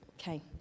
Okay